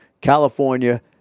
California